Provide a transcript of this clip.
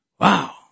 Wow